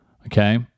Okay